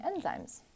enzymes